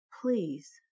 please